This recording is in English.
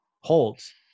holds